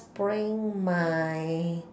bring my